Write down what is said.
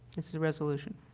this is a resolution.